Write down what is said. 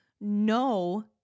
no